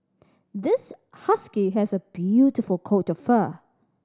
this husky has a beautiful coat of fur